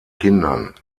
kindern